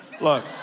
Look